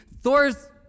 Thor's